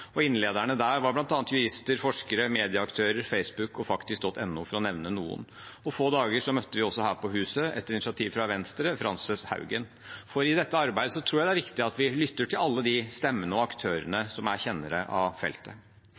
Innlederne der var bl.a. jurister, forskere, medieaktører, Facebook og Faktisk.no, for å nevne noen. Få dager etter møtte vi også Frances Haugen her på huset, etter initiativ fra Venstre. I dette arbeidet tror jeg det er viktig at vi lytter til alle stemmene og aktørene som er kjennere av feltet.